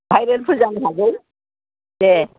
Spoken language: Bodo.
भाइरेलफोर जानो हागौ दे